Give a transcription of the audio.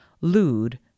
lewd